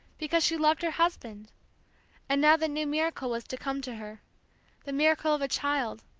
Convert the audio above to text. because she loved her husband and now the new miracle was to come to her the miracle of a child,